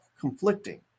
conflicting